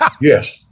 yes